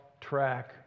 track